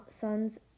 son's